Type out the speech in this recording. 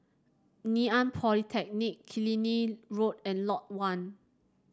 Ngee Ann Polytechnic Killiney Road and Lot One